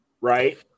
right